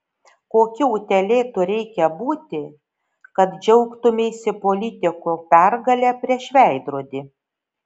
kokiu utėlėtu reikia būti kad džiaugtumeisi politiko pergale prieš veidrodį